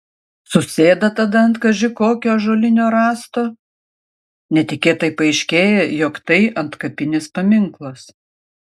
susėda tada ant kaži kokio ąžuolinio rąsto netikėtai paaiškėja jog tai antkapinis paminklas